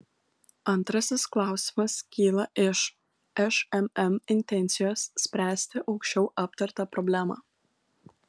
antrasis klausimas kyla iš šmm intencijos spręsti aukščiau aptartą problemą